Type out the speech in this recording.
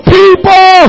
people